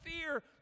fear